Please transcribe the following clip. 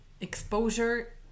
exposure